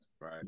Right